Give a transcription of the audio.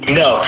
no